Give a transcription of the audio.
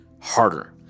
harder